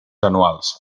anuals